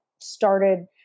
started